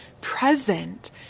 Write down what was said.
present